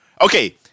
Okay